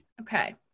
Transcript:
okay